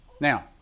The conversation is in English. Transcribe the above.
Now